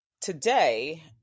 Today